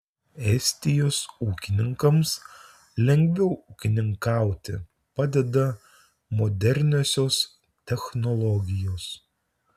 estijos ūkininkams lengviau ūkininkauti padeda moderniosios technologijos